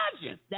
imagine